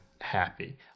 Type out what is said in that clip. happy